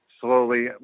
slowly